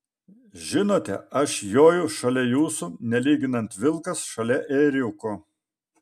žinote aš joju šalia jūsų nelyginant vilkas šalia ėriuko